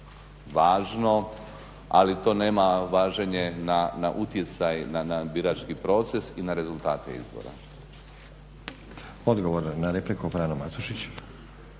važno ali to nema važenje na utjecaj na birački proces i na rezultate izbora. **Stazić, Nenad